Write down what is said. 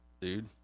dude